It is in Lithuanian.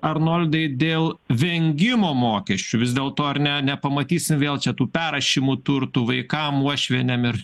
arnoldai dėl vengimo mokesčių vis dėlto ar ne nepamatysim vėl čia tų perrašymų turtų vaikam uošvienėm ir